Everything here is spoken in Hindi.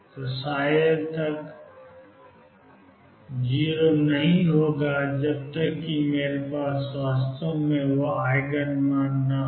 तो ψ तब तक 0 नहीं होगा जब तक कि मेरे पास वास्तव में वह आइगन मान न हो